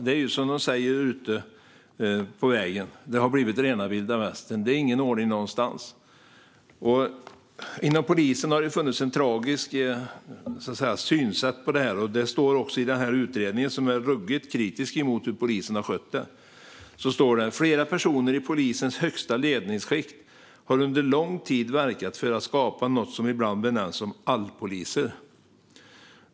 Det är ju som de säger ute på vägen - det har blivit rena vilda västern. Det är ingen ordning någonstans. Inom polisen har det funnits ett tragiskt synsätt på det här. Det står också i den rapport jag nämnde, som är ruggigt kritisk mot hur polisen har skött det: "Flera personer i polisens högsta ledningsskikt har under lång tid verkat för att skapa något som ibland benämnts som 'allpoliser'.